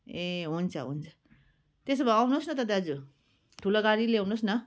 ए हुन्छ हुन्छ त्यसो भए आउनुहोस् न त दाजु ठुलो गाडी ल्याउनुहोस् न